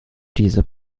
diese